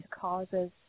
causes